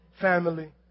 family